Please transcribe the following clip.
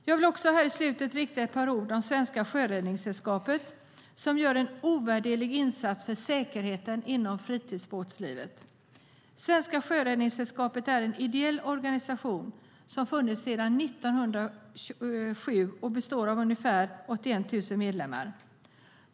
Jag vill till sist säga ett par ord om Sjöräddningssällskapet, som gör en ovärderlig insats för säkerheten inom fritidsbåtslivet. Sjöräddningssällskapet är en ideell organisation som funnits sedan 1907 och består av 81 000 medlemmar.